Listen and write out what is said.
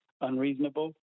unreasonable